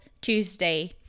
Tuesday